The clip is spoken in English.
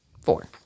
four